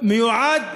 מיועד,